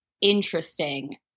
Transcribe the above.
interesting